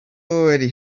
already